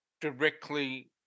directly